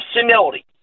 senility